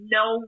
no